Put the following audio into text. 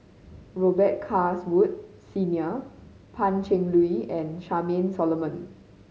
Robet Carr's Wood Senior Pan Cheng Lui and Charmaine Solomon